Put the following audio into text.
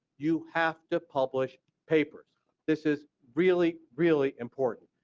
you have to publish papers this is really really important.